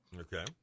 Okay